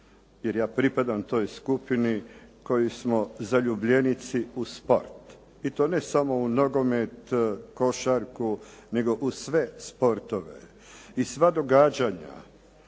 jer ja pripadam toj skupini koji smo zaljubljenici u sport i to ne samo u nogomet, košarku nego u sve sportove i sva događanja,